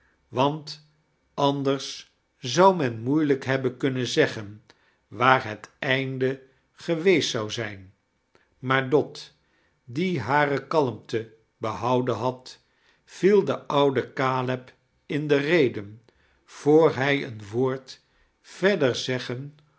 want anders zou men moeilijk hebben kunnen zeggen waar het einde geweest zou zijn maar dot die hare kalmte behouden had viel den ouden caleb in de rede voor hij een woord verder zeggen